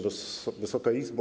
Wysoka Izbo!